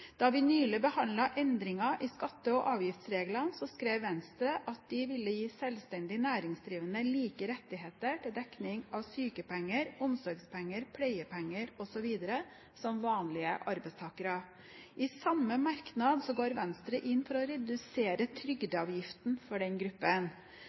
Da vi nylig behandlet endringer i skatte- og avgiftsreglene, skrev Venstre at de ville gi selvstendig næringsdrivende like rettigheter til dekning av sykepenger, omsorgspenger, pleiepenger osv. som vanlige arbeidstakere. I samme merknad går Venstre inn for å redusere